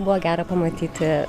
buvo gera pamatyti